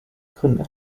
gründe